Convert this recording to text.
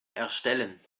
erstellen